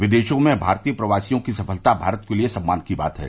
विदेशों में भारतीय प्रवासियों की सफलता भारत के लिए सम्मान की बात है